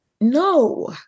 No